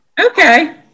Okay